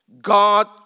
God